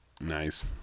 nice